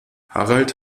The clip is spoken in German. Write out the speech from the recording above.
harald